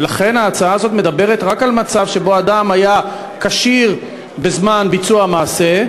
ולכן ההצעה הזאת מדברת רק על מצב שבו אדם היה כשיר בזמן ביצוע המעשה,